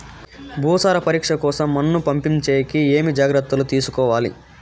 భూసార పరీక్ష కోసం మన్ను పంపించేకి ఏమి జాగ్రత్తలు తీసుకోవాలి?